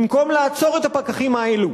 במקום לעצור את הפקחים האלו